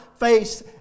face